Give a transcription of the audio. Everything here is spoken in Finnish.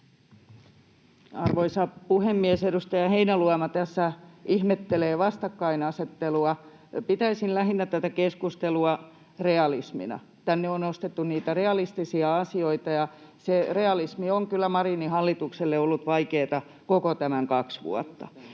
Arvoisa puhemies! Edustaja Heinäluoma tässä ihmettelee vastakkainasettelua. Pitäisin tätä keskustelua lähinnä realismina. Tänne on nostettu niitä realistisia asioita, ja se realismi on kyllä Marinin hallitukselle ollut vaikeata koko tämän kaksi vuotta.